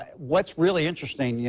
ah what's really interesting, yeah